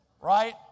Right